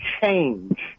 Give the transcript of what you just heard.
change